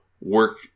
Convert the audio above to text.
work